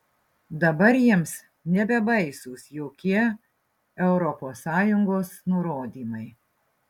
dabar jiems nebebaisūs jokie europos sąjungos nurodymai